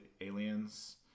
aliens